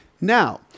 Now